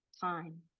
time